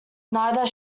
neither